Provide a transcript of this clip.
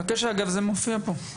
אביגיל, זה מופיע כאן.